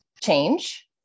change